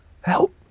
help